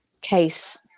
case